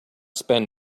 spend